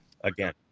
Again